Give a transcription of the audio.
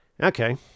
Okay